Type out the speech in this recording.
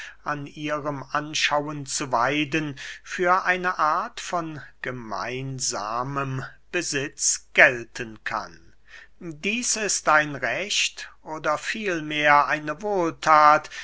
an ihrem anschauen zu weiden für eine art von gemeinsamen besitz gelten kann dieß ist ein recht oder vielmehr eine wohlthat